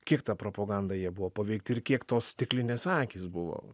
kiek ta propaganda jie buvo paveikti ir kiek tos stiklinės akys buvo